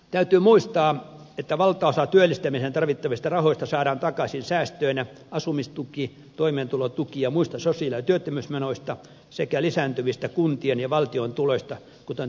täytyy muistaa että valtaosa työllistämiseen tarvittavista rahoista saadaan takaisin säästöinä asumistuki toimeentulotuki ja muista sosiaali ja työttömyysmenoista sekä lisääntyvistä kuntien ja valtion tuloista kuten tulo ja arvonlisäveroista